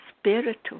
spiritual